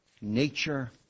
nature